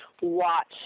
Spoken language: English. watch